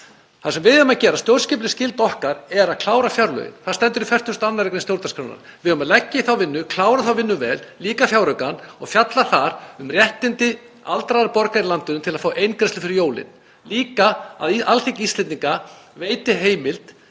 Það sem við eigum að gera, stjórnskipuleg skylda okkar er að klára fjárlögin. Það stendur í 42. gr. stjórnarskrárinnar. Við eigum að leggja í þá vinnu, klára þá vinnu vel, líka fjáraukann, og fjalla þar um réttindi aldraðra borgara í landinu til að fá eingreiðslu fyrir jólin, líka að Alþingi Íslendinga veiti heimild